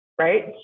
right